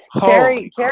Carrie